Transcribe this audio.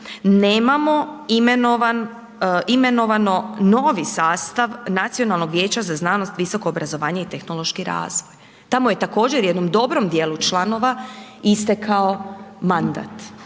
nemamo imenovano novi sastav Nacionalnog vijeća za znanost, visoko obrazovanje i tehnološki razvoj. Tamo je također jednom dobrom djelu članova istekao mandat